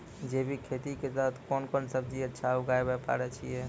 जैविक खेती के तहत कोंन कोंन सब्जी अच्छा उगावय पारे छिय?